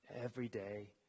everyday